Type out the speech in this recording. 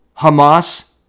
Hamas